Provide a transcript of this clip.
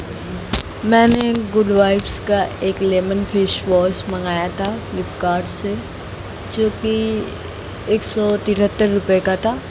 मैंने गुडवाइब्स का एक लेमन फ़ेशवॉश मंगाया था फ़्लिपकार्ट से जो कि एक सौ तिहत्तर रुपये का था